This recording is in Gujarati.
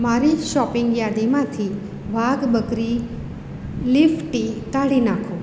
મારી શોપિંગ યાદીમાંથી વાઘ બકરી લીફ ટી કાઢી નાંખો